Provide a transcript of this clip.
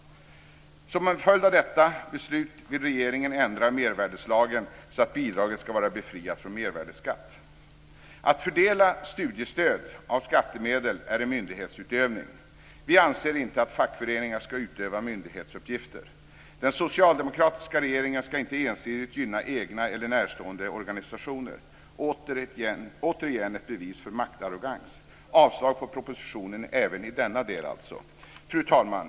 Som en följd av detta beslut vill regeringen ändra mervärdesskattelagen så att bidraget ska vara befriat från mervärdesskatt. Att fördela studiestöd av skattemedel är myndighetsutövning. Vi anser inte att fackföreningar ska utöva myndighetsuppgifter. Den socialdemokratiska regeringen ska inte ensidigt gynna egna eller närstående organisationer. Det är återigen ett bevis för maktarrogans. Det är alltså avslag på propositionen även i denna del. Fru talman!